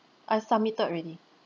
I submitted already